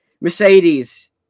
Mercedes